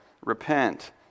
Repent